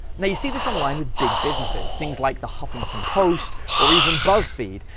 now you see this online with big businesses, things like the huffington post or even buzzfeed.